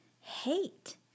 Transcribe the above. hate